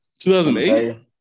2008